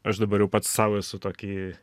aš dabar jau pats sau esu tokį